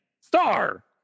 Star